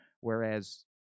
Whereas